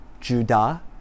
Judah